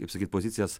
kaip sakyt pozicijas